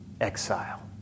exile